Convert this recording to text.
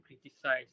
criticize